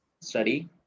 study